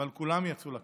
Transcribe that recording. אבל כולם יצאו לקרב.